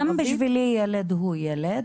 גם בשבילי ילד הוא ילד.